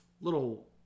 little